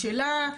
השאלה,